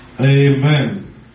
Amen